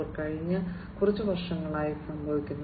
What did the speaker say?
0 കഴിഞ്ഞ കുറച്ച് വർഷങ്ങളായി സംഭവിക്കുന്നത്